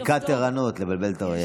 בדיקת ערנות, לבלבל את האויב.